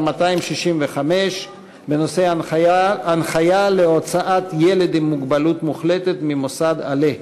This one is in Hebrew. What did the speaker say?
265 בנושא: הנחיה להוצאת ילד עם מוגבלות מוחלטת ממוסד על"ה.